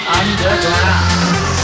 underground